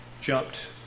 jumped